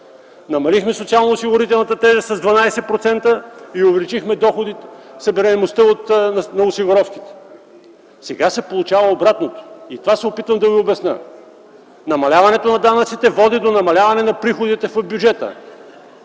Намалихме социалноосигурителната тежест на 12% и увеличихме събираемостта на осигуровките. Сега се получава обратното и това се опитвам да Ви обясня. Намаляването на данъците води до намаляването на приходите в бюджета.